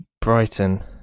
Brighton